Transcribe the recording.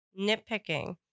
nitpicking